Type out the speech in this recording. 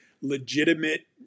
legitimate